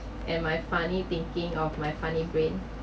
and my funny thinking of my funny brain